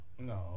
No